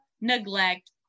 neglect